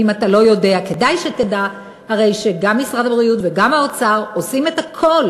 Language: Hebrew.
ואם אתה לא יודע אז כדאי שתדע, שגם משרד הבריאות וגם האוצר עושים את הכול